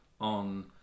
on